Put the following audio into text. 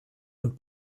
und